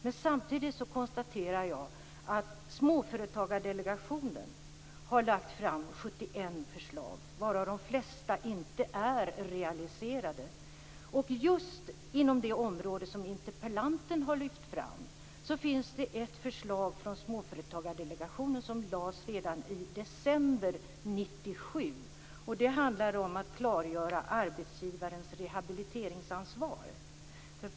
Men samtidigt konstaterar jag att Småföretagsdelegationen har lagt fram 71 förslag, varav de flesta inte är realiserade. Just inom det område som interpellanten har lyft fram finns ett förslag från Småföretagsdelegationen som lades fram i december 1997. Det förslaget handlar om att klargöra arbetsgivarens rehabiliteringsansvar.